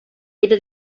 era